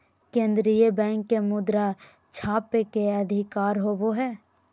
केन्द्रीय बैंक के मुद्रा छापय के अधिकार होवो हइ